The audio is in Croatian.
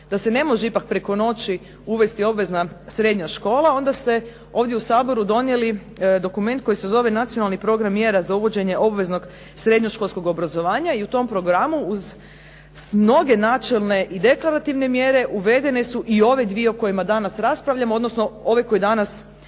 da se ne može ipak preko noći uvesti obvezna srednja škola, onda ste ovdje u Saboru donijeli dokument koji se zove Nacionalni program mjera za uvođenje obveznog srednjoškolskog obrazovanja i u tom programu uz mnoge načelne i deklarativne mjere uvedene su i ove dvije o kojima danas raspravljamo, odnosno ove koje danas